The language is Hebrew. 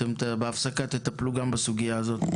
ובהספקה תטפלו גם בסוגיה הזאת.